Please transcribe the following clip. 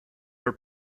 are